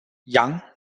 young